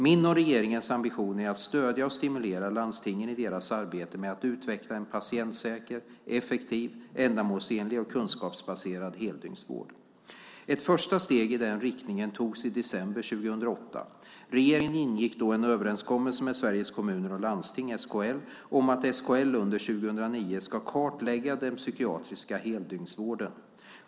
Min och regeringens ambition är att stödja och stimulera landstingen i deras arbete med att utveckla en patientsäker, effektiv, ändamålsenlig och kunskapsbaserad heldygnsvård. Ett första steg i den riktningen togs i december 2008. Regeringen ingick då en överenskommelse med Sveriges Kommuner och Landsting, SKL, om att SKL under 2009 ska kartlägga den psykiatriska heldygnsvården.